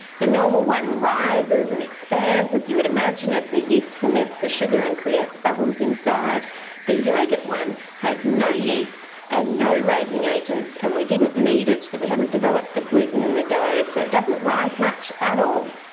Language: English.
the normal one rises and expands as you would imagine as the yeast ferments the sugar and creates bubbles inside the yogurt one has no yeast and know raising agents and we didn't need it so we haven't developed the gluten in the dough so it doesn't rise much at all.